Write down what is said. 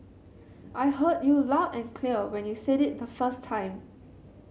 I heard you loud and clear when you said it the first time